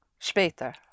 Später